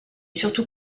surtout